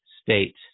state